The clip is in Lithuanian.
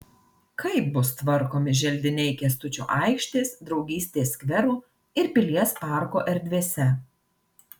kaip bus tvarkomi želdiniai kęstučio aikštės draugystės skvero ir pilies parko erdvėse